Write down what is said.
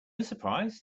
surprise